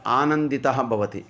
आनन्दिताः भवन्ति